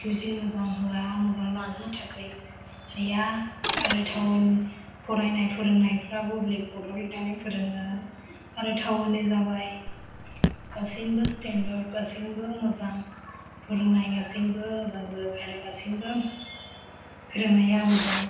tuition मोजां होया मोजां लानो थाखाय हाया आरो थाउन फरायनाय फोरोंनायफ्राबो ब्लेकबरदआव लिरनानै फोरोङो आरो थाउननि जाबाय गासिबो स्टेनदार्द गासैबो मोजां फोरोंनाय गासैबो मोजांजोब आरो गासैबो फोरोंनाया मोजां